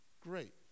great